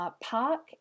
Park